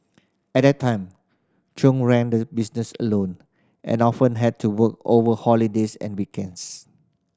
at that time Chung ran the business alone and often had to work over holidays and weekends